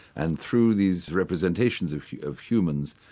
and through these representations of of humans,